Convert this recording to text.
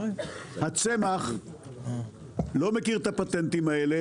הצמח לא מכיר את הפטנטים האלה